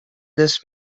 this